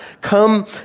Come